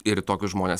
ir tokius žmones